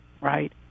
right